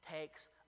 takes